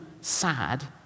sad